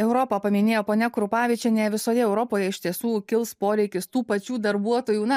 europą paminėjo ponia krupavičienė visoje europoje iš tiesų kils poreikis tų pačių darbuotojų na